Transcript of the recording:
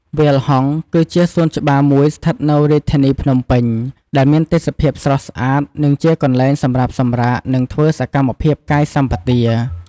វាលហង្ស គឺជាសួនច្បារមួយស្ថិតនៅរាជធានីភ្នំពេញ ដែលមានទេសភាពស្រស់ស្អាត និងជាកន្លែងសម្រាប់សម្រាក និងធ្វើសកម្មភាពកាយសម្បទា។